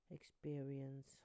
experience